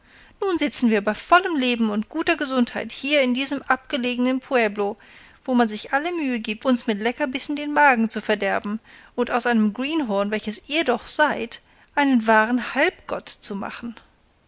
nun sitzen wir bei vollem leben und guter gesundheit hier in diesem abgelegenen pueblo wo man sich alle mühe gibt uns mit leckerbissen den magen zu verderben und aus einem greenhorn welches ihr doch seid einen wahren halbgott zu machen